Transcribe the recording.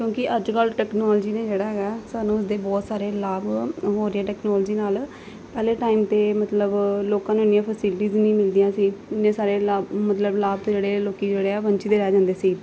ਕਿਉਂਕਿ ਅੱਜ ਕੱਲ ਟੈਕਨੋਲਜੀ ਨੇ ਜਿਹੜਾ ਹੈਗਾ ਸਾਨੂੰ ਉਸਦੇ ਬਹੁਤ ਸਾਰੇ ਲਾਭ ਹੋ ਰਹੇ ਟੈਕਨੋਲਜੀ ਨਾਲ ਹਲੇ ਟਾਈਮ ਤੇ ਮਤਲਬ ਲੋਕਾਂ ਨੇ ਇੰਨੀਆਂ ਫੈਸਿਲਿਟੀਜ਼ ਨਹੀਂ ਮਿਲਦੀਆਂ ਸੀ ਇੰਨੇ ਸਾਰੇ ਲਾਭ ਮਤਲਬ ਲਾਭ ਤੋਂ ਜਿਹੜੇ ਲੋਕੀ ਜਿਹੜੇ ਆ ਵੰਚਿਤ ਰਹਿ ਜਾਂਦੇ ਸੀ